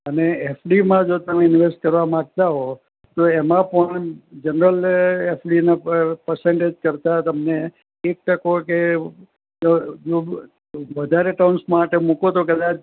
અને એફડીમાં જો તમે ઇન્વેસ્ટ કરવા માંગતા હો તો એમાં પણ જનરલ એફડીના પર પર્સેન્ટેજ કરતાં તમને એક ટકો કે જો વધારે ટર્મ્સ માટે મૂકો તો કદાચ